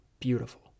beautiful